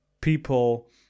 people